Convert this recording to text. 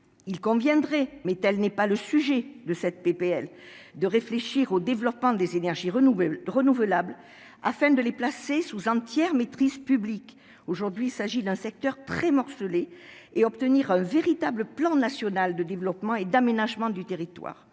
il importe, même si tel n'est pas le sujet de cette proposition de loi, de réfléchir au développement des énergies renouvelables afin de les placer sous entière maîtrise publique- aujourd'hui, il s'agit d'un secteur très morcelé -, et d'obtenir un véritable plan national de développement et d'aménagement du territoire.